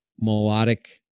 melodic